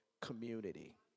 community